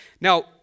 Now